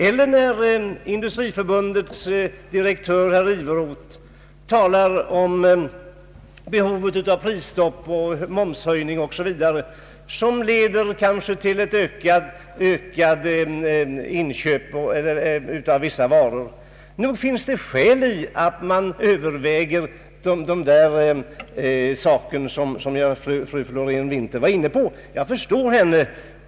Eller hur är det när Industriförbundets direktör Axel Iveroth talar om behovet av prisstopp och momshöjning o. s. v., vil ket kanske leder till ökat inköp av vissa varor? Nog finns det skäl att fundera över det fru Florén-Winther var inne på.